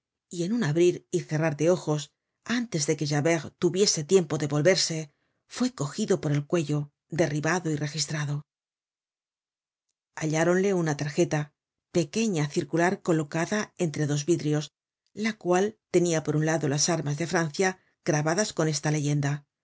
y en un abrir y cerrar de ojos antes de que javert tuviese tiempo de volverse fue cogido por el cuello derribado y registrado halláronle una tarjeta pequeña circular colocada entre dos vidrios la cual tenia por un lado las armas de francia grabadas con esta leyenda